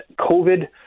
COVID